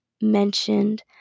mentioned